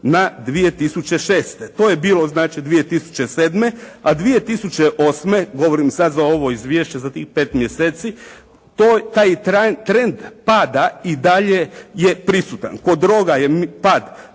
na 2006. To je bilo znači 2007. a 2008., govorim sad za ovo izvješće za tih 5 mjeseci, to, taj trend pada i dalje je prisutan. Kod droga je pad